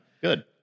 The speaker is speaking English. Good